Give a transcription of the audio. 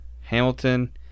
Hamilton